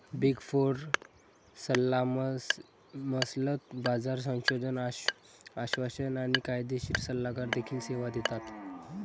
big four सल्लामसलत, बाजार संशोधन, आश्वासन आणि कायदेशीर सल्लागार देखील सेवा देतात